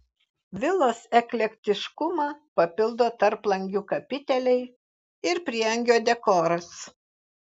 vilos eklektiškumą papildo tarplangių kapiteliai ir prieangio dekoras